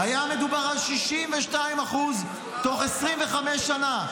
היה מדובר על 62% תוך 25 שנה.